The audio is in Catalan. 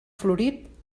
florit